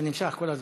זה נמשך כל הזמן.